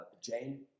Jane